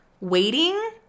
Waiting